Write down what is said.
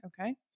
Okay